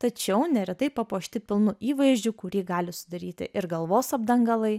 tačiau neretai papuošti pilnu įvaizdžiu kurį gali sudaryti ir galvos apdangalai